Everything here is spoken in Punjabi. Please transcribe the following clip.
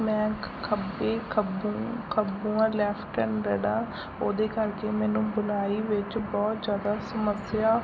ਮੈਂ ਖੱਬੇ ਖੱਬਲ ਖੱਬ ਲੈਫਟ ਹੈਂਡਡ ਹਾਂ ਜਿਹੜਾ ਉਹਦੇ ਕਰਕੇ ਮੈਨੂੰ ਬੁਣਾਈ ਵਿੱਚ ਬਹੁਤ ਜ਼ਿਆਦਾ ਸਮੱਸਿਆ